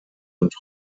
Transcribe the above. und